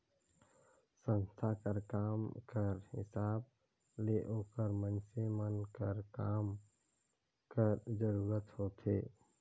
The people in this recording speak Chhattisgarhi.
संस्था कर काम कर हिसाब ले ओकर मइनसे मन कर काम कर जरूरत होथे